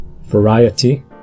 variety